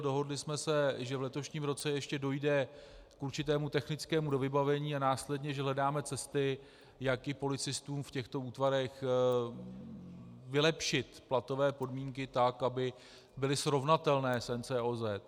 Dohodli jsme se, že v letošním roce ještě dojde k určitému technickému dovybavení a následně že hledáme cesty, jak i policistům v těchto útvarech vylepšit platové podmínky tak, aby byly srovnatelné s NCOZ.